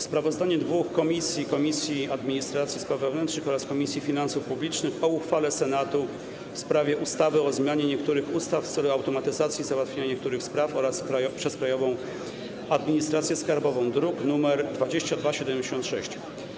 Sprawozdanie dwóch komisji, Komisji Administracji i Spraw Wewnętrznych oraz Komisji Finansów Publicznych, o uchwale Senatu w sprawie ustawy o zmianie niektórych ustaw w celu automatyzacji załatwiania niektórych spraw przez Krajową Administrację Skarbową, druk nr 2276.